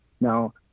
now